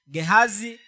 Gehazi